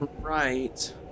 Right